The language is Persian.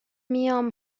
میام